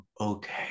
okay